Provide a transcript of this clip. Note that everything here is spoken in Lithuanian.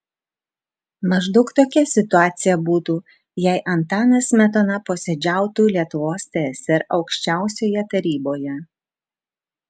maždaug tokia situacija būtų jei antanas smetona posėdžiautų lietuvos tsr aukščiausioje taryboje